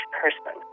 person